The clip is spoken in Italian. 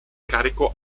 carico